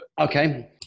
Okay